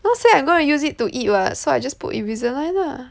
not say I'm gonna use it to eat what so I just put Invisalign lah